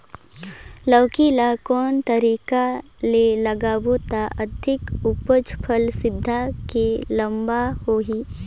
लौकी ल कौन तरीका ले लगाबो त अधिक उपज फल सीधा की लम्बा होही?